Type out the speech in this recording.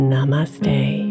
Namaste